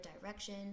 direction